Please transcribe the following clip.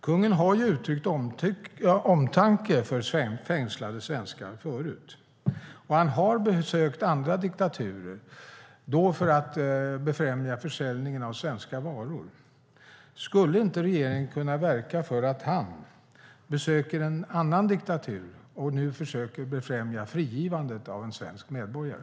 Kungen har uttryckt omtanke om fängslade svenskar förut. Han har besökt andra diktaturer, då för att befrämja försäljningen av svenska varor. Skulle inte regeringen kunna verka för att han besöker en annan diktatur och försöker befrämja frigivandet av en svensk medborgare?